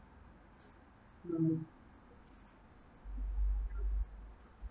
mm